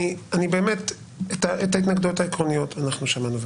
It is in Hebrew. את ההתנגדויות העקרוניות אנחנו שמענו .